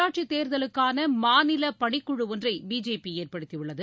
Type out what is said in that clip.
உள்ளாட்சி தேர்தலுக்கான மாநில பணிக்குழு ஒன்றை பிஜேபி ஏற்படுத்தி உள்ளது